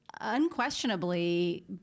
unquestionably